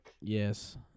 Yes